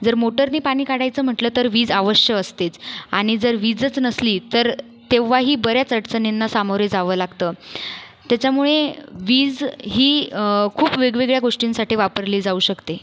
जर मोटरनी पाणी काढायचं म्हटलं तर वीज अवश्य असतेच आणि जर वीजच नसली तर तेव्हाही बऱ्याच अडचणींना सामोरे जावं लागतं त्याच्यामुळे वीज ही खूप वेगवेगळ्या गोष्टींसाठी वापरली जाऊ शकते